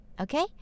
okay